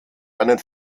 einen